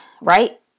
right